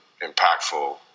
impactful